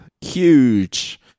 huge